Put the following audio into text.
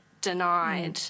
denied